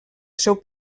seu